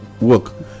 work